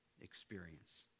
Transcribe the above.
experience